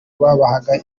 babahaga